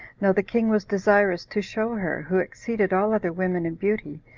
now the king was desirous to show her, who exceeded all other women in beauty,